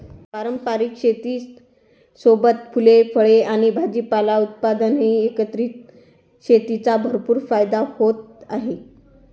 पारंपारिक शेतीसोबतच फुले, फळे आणि भाजीपाला उत्पादनातही एकत्रित शेतीचा भरपूर फायदा होत आहे